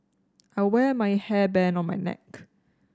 I wear my hairband on my neck